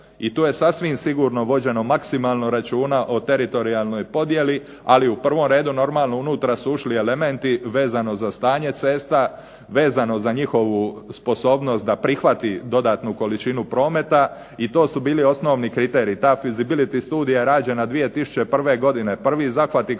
I to je sasvim sigurno vođeno maksimalno računa o teritorijalnoj podjeli, ali u prvom redu normalno unutra su ušli elementi vezano za stanje cesta, vezano za njihovu sposobnost da prihvati dodatnu količinu prometa, i to su bili osnovni kriteriji. Ta …/Ne razumije se./… studija je rađena 2001. godine, prvi zahvati kroz